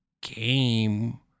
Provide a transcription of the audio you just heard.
game